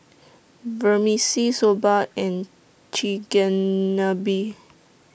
Vermicelli Soba and Chigenabe